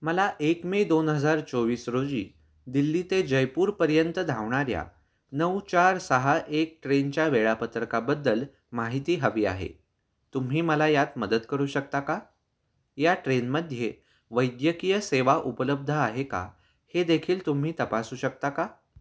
मला एक मे दोन हजार चोवीस रोजी दिल्ली ते जयपूरपर्यंत धावणाऱ्या नऊ चार सहा एक ट्रेनच्या वेळापत्रकाबद्दल माहिती हवी आहे तुम्ही मला यात मदत करू शकता का या ट्रेनमध्ये वैद्यकीय सेवा उपलब्ध आहे का हे देखील तुम्ही तपासू शकता का